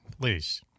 please